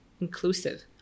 inclusive